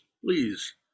please